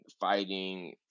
fighting